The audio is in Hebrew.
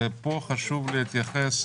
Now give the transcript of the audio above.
פה חשוב להתייחס,